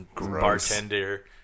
Bartender